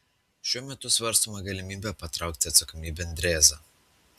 šiuo metu svarstoma galimybė patraukti atsakomybėn drėzą